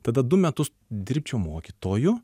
tada du metus dirbčiau mokytoju